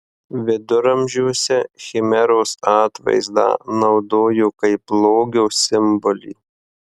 viduramžiuose chimeros atvaizdą naudojo kaip blogio simbolį